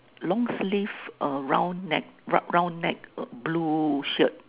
long sleeve uh round neck rub round neck blue shirt